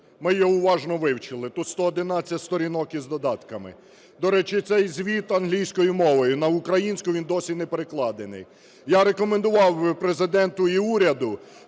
Ми його уважно вивчили, тут 111 сторінок із додатками. До речі, цей звіт англійською мовою, на українську він досі не перекладений. Я рекомендував би Президенту і уряду,